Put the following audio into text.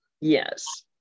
yes